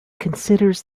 considers